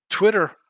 Twitter